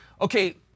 Okay